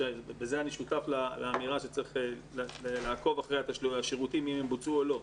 ובזה אני שותף לאמירה שצריך לעקוב אחרי השירותים אם הם בוצעו או לא.